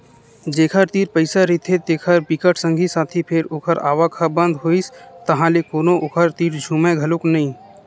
जेखर तीर पइसा रहिथे तेखर बिकट संगी साथी फेर ओखर आवक ह बंद होइस ताहले कोनो ओखर तीर झुमय घलोक नइ